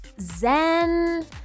Zen